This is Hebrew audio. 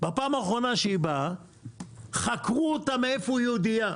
בפעם האחרונה שהיא באה חקרו אותה מאיפה היא יהודייה.